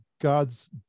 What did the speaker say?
God's